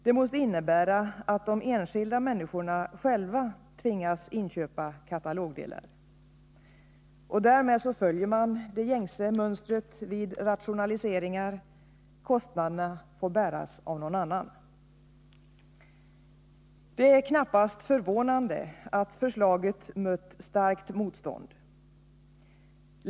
Det måste innebära att de enskilda människorna tvingas att på egen hand inköpa katalogdelar. Därmed följer man det gängse mönstret vid rationaliseringar: kostnaderna får bäras av någon annan. Det är knappast förvånande att förslaget mött starkt motstånd.